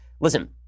Listen